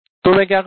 तो मैं क्या करूं